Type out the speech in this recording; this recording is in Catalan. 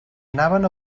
anàvem